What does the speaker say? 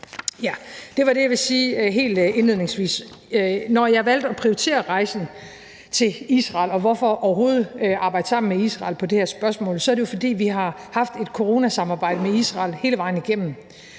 Det var det, jeg ville sige helt indledningsvis. Når jeg valgte at prioritere rejsen til Israel, og hvorfor overhovedet at arbejde sammen med Israel på det her spørgsmål, er det jo, fordi vi har haft et coronasamarbejde med Israel hele vejen igennem.